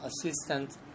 assistant